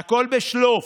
והכול בשלוף,